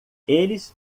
eles